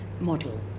model